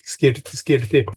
skirt skirti